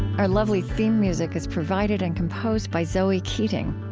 our lovely theme music is provided and composed by zoe keating.